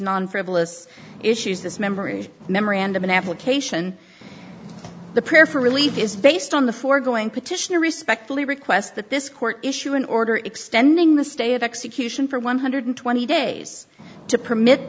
non frivolous issues this memory memorandum in application the prayer for relieved is based on the foregoing petition respectfully request that this court issue an order extending the stay of execution for one hundred twenty days to permit